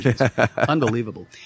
Unbelievable